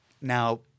Now